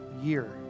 year